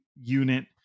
unit